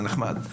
זה נחמד.